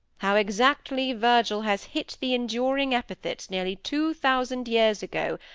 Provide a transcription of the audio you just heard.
how exactly virgil has hit the enduring epithets, nearly two thousand years ago,